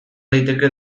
daiteke